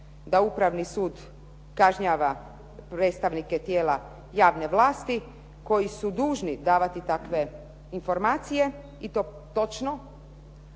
da Upravni sud kažnjava predstavnike tijela javne vlasti koji su dužni davati takve informacije i to točno